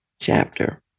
chapter